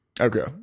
Okay